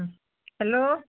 hello